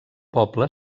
poble